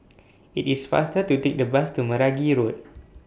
IT IS faster to Take The Bus to Meragi Road